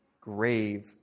grave